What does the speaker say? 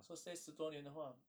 so say 十多年的话